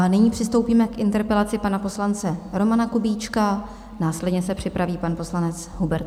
Nyní přistoupíme k interpelaci pana poslance Romana Kubíčka, následně se připraví pan poslanec Hubert Lang.